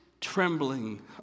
trembling